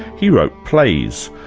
he wrote plays,